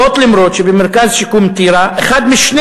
זאת אף שמרכז שיקום טירה הוא אחד משני